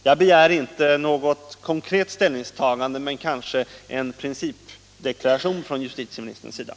Jag begär inte något konkret ställningstagande, men kanske en principdeklaration av justitieministern är möjlig.